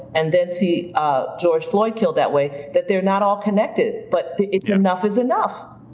and then see ah george floyd killed that way, that they're not all connected, but it's enough is enough,